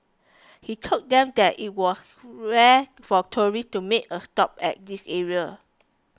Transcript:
he told them that it was rare for tourists to make a stop at this area